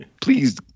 please